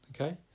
okay